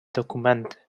dokumenty